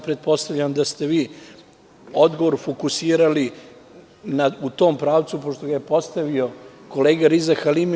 Pretpostavljam da ste vi odgovor fokusirali u tom pravcu, pošto ga je postavio kolega Riza Halimi.